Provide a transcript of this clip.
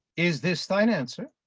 is this thine answer?